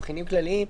תבחינים כלליים.